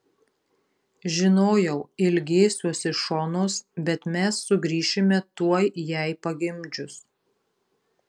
žinojau ilgėsiuosi šonos bet mes sugrįšime tuoj jai pagimdžius